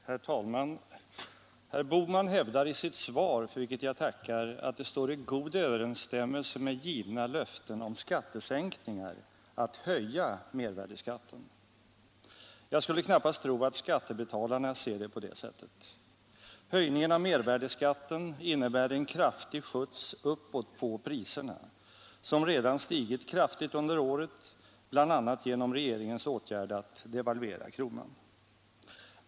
Herr talman! Herr Bohman hävdar i sitt svar — för vilket jag tackar — att det står i god överensstämmelse med givna löften om skattesänkningar att höja mervärdeskatten. Jag skulle knappast tro att skattebetalarna ser det på det sättet. Höjningen av mervärdeskatten innebär en kraftig skjuts uppåt på priserna, som redan stigit kraftigt under året bl.a. genom regeringens åtgärd att devalvera kronan.